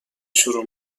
شروع